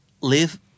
live